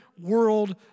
world